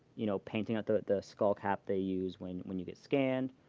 you know painting ah the skull cap they use when when you get scanned.